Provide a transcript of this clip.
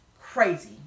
Crazy